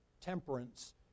temperance